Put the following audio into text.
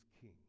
king